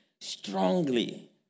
strongly